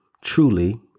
truly